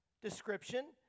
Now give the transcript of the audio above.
description